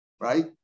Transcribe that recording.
right